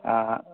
ଆଁ ଓ